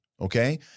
okay